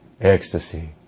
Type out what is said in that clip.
ecstasy